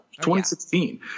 2016